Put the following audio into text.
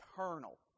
eternal